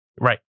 Right